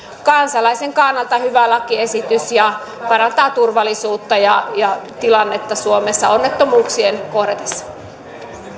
kansalaisen kannalta hyvä lakiesitys parantaa turvallisuutta ja ja tilannetta suomessa onnettomuuksien kohdatessa